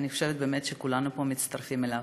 שאני חושבת שבאמת כולנו פה מצטרפים אליו.